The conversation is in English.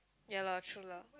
ya lor true lah